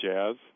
Jazz